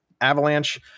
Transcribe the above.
Avalanche